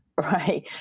right